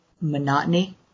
monotony